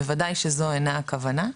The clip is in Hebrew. בוודאי שזו אינה הכוונה,